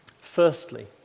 Firstly